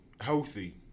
healthy